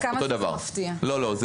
אנו לא מפרשים זאת